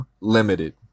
Limited